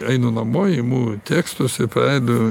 einu namo imu tekstus ir pradedu